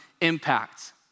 impact